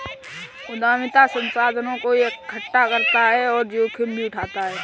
उद्यमिता संसाधनों को एकठ्ठा करता और जोखिम भी उठाता है